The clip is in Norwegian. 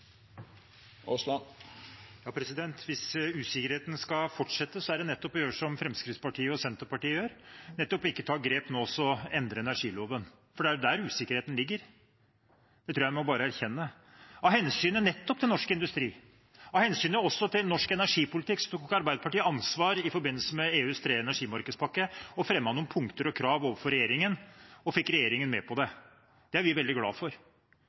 Hvis usikkerheten skal fortsette, er det bare å gjøre som Fremskrittspartiet og Senterpartiet gjør, nettopp å ikke ta grep nå og endre energiloven. For det er der usikkerheten ligger. Det tror jeg bare vi må erkjenne. Av hensyn nettopp til norsk industri og norsk energipolitikk tok Arbeiderpartiet ansvar i forbindelse med EUs tredje energimarkedspakke, fremmet noen punkter og krav overfor regjeringen og fikk regjeringen med på det. Det er vi veldig glad for.